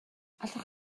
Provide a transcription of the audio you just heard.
allwch